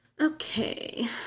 Okay